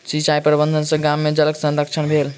सिचाई प्रबंधन सॅ गाम में जलक संरक्षण भेल